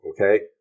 Okay